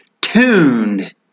tuned